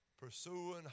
Pursuing